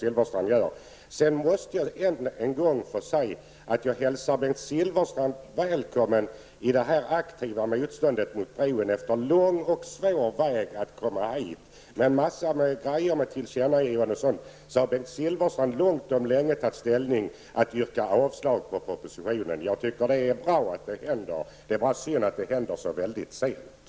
Jag måste ännu en gång säga att jag hälsar Bengt Silfverstrand välkommen i detta aktiva motstånd mot bron. Det har varit en lång och svår väg att komma hit. Det har varit tillkännagivanden osv., men nu har Bengt Silfverstrand långt om länge tagit ställning för att yrka avslag på propositionen. Det bra att det händer, tycker jag. Det är bara synd att det händer så sent.